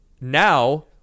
now